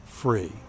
free